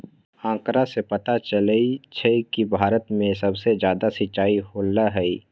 आंकड़ा से पता चलई छई कि भारत में सबसे जादा सिंचाई होलई ह